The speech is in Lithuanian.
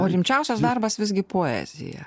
o rimčiausias darbas visgi poezija